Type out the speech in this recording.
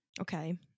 Okay